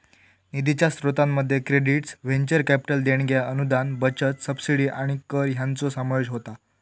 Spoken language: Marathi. निधीच्या स्रोतांमध्ये क्रेडिट्स, व्हेंचर कॅपिटल देणग्या, अनुदान, बचत, सबसिडी आणि कर हयांचो समावेश होता